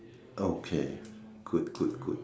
okay good good good